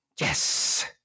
Yes